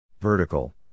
Vertical